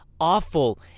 awful